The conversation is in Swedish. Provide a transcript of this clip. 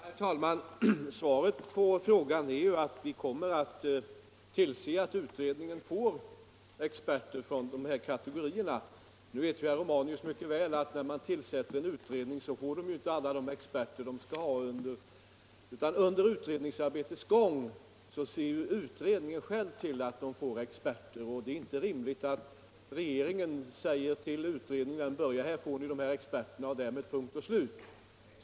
Herr talman! Svaret på frågan är att vi kommer att tillse att utredningen får experter från de nämnda kategorierna. | Herr Romanus vet mycket väl att en utredning inte får alla de experter den skall ha från början. Under utredningsarbetets gång ser utredningen själv till att den får experter. Det är inte rimligt att regeringen säger till en utredning när den börjar: Här får ni dessa experter — därmed punkt och slut.